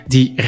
Die